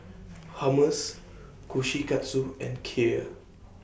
Hummus Kushikatsu and Kheer